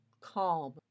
calm